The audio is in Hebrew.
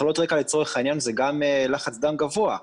מחלות רקע לצורך העניין זה גם לחץ דם גבוה.